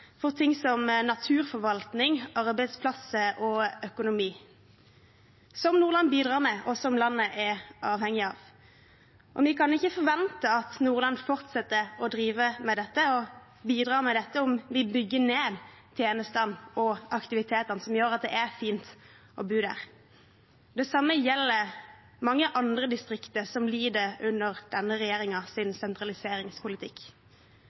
for naturforvaltning, arbeidsplasser og økonomi, som Nordland bidrar med, og som landet er avhengig av. Vi kan ikke forvente at Nordland fortsetter å drive med dette, å bidra med dette, om vi bygger ned tjenestene og aktivitetene som gjør at det er fint å bo der. Det samme gjelder mange andre distrikter som lider under denne